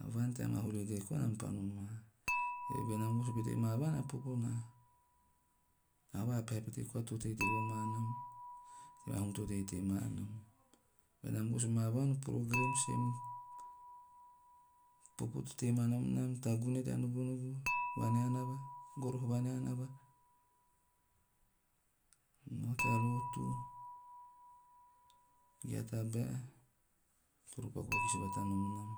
A vaan, tea maa 'holiday' koa nam pa noma. Eve he benam vos pete ma vaan, a popo na vapeha pete koa vonaen to teitei voma nam tea maa hum to teitei maa nam. Benam vos ma vaan, o 'program same'. A popo to tei maa nom nam, taguune tea nubunubu, vaneanava, goroho, vaneanava, nao tea rotu ge a tabae toro paku vakis bata vonom nam.